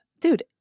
Dude